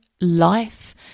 life